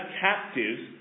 captives